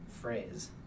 phrase